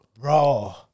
Bro